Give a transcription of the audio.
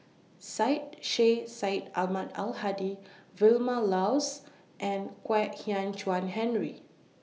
Syed Sheikh Syed Ahmad Al Hadi Vilma Laus and Kwek Hian Chuan Henry